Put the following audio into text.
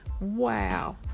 Wow